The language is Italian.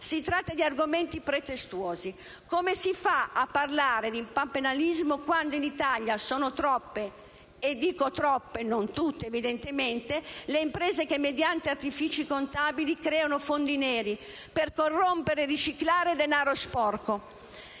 Si tratta di argomenti pretestuosi. Come si fa a parlare di panpenalismo quando in Italia sono troppe - dico troppe; non tutte, evidentemente - le imprese che mediante artifici contabili creano fondi neri per corrompere e riciclare denaro sporco?